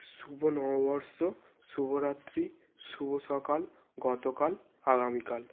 শুভ নববর্ষ শুভরাত্রি শুভ সকাল গতকাল আগামীকাল